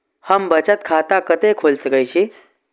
हम बचत खाता कते खोल सके छी?